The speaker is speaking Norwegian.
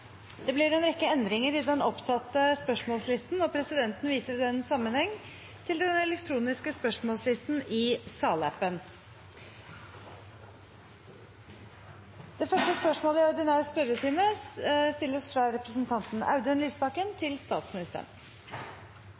Det blir en rekke endringer i den oppsatte spørsmålslisten, og presidenten viser i den sammenheng til den elektroniske spørsmålslisten i salappen. De foreslåtte endringer foreslås godkjent. – Det anses vedtatt. Endringene var som følger: Spørsmål 6, fra representanten Mona Fagerås til